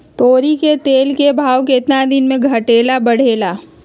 तोरी के तेल के भाव केतना दिन पर घटे ला बढ़े ला?